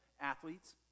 athletes